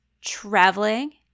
traveling